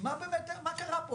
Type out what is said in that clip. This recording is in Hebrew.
מה קרה פה,